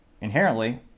inherently